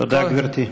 תודה, גברתי.